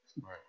Right